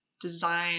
design